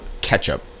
ketchup